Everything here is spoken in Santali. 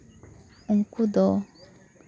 ᱩᱱᱠᱩ ᱫᱚ